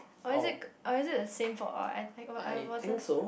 or is it or is it the same for all I I wasn't